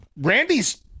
Randy's